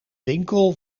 winkel